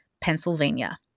Pennsylvania